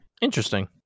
Interesting